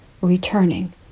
returning